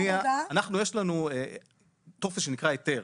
יש לנו טופס שנקרא היתר.